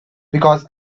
because